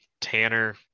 Tanner